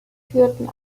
führten